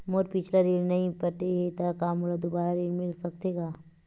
मोर पिछला ऋण नइ पटे हे त का मोला दुबारा ऋण मिल सकथे का?